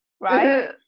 right